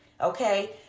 okay